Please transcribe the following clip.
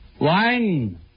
Wine